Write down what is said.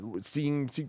seeing